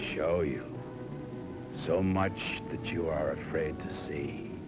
show you so much that you are afraid to see